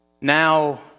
now